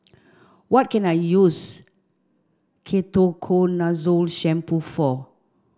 what can I use Ketoconazole shampoo for